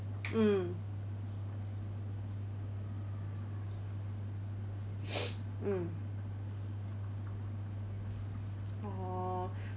mm mm orh